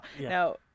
now